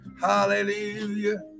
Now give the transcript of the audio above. Hallelujah